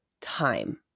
time